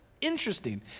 interesting